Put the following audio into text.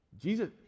Jesus